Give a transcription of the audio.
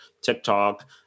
TikTok